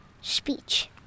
speech